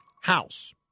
house